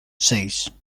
seis